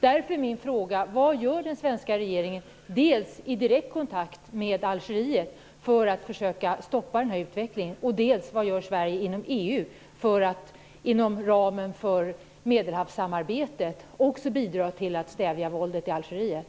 Därför vill jag fråga: Algeriet för att försöka stoppa denna utveckling, och vad gör Sverige inom EU för att inom ramen för Medelhavssamarbetet bidra till att stävja våldet i Algeriet?